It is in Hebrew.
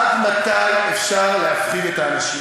עד מתי אפשר להפחיד את האנשים?